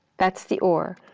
that's the or.